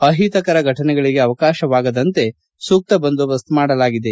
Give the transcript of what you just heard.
ಅಹಿತಕರ ಫಟನೆಗಳಿಗೆ ಅವಕಾಶ ವಾಗದಂತೆ ಸೂಕ್ತ ಬಂದೋಬಸ್ತ್ ಮಾಡಲಾಗಿದೆ